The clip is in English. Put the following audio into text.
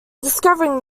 discovering